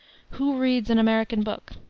who reads an american book.